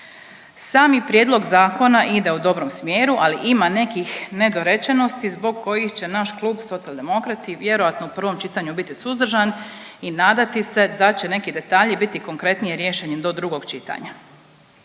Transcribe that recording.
Sami prijedlog zakona ide u dobrom smjeru, ali ima nekih nedorečenosti zbog kojih će naš Klub Socijaldemokrati vjerojatno u prvom čitanju biti suzdržan i nadati se da će neki detalji biti konkretnije riješeni do drugog čitanja.